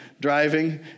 driving